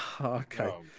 Okay